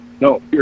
no